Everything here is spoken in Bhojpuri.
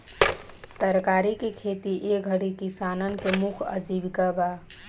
तरकारी के खेती ए घरी किसानन के मुख्य आजीविका बा